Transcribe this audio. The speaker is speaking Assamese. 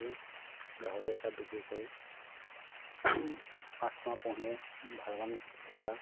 গাহৰি এটা বিক্ৰী কৰি পাঁচমাহ পুহিয়ে ভালমান টকা